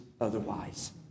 otherwise